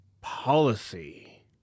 policy